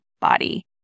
body